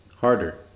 harder